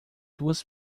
duas